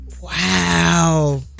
Wow